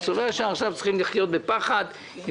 ניצולי השואה צריכים לחיות בפחד אם